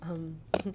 um